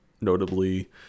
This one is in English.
notably